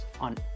on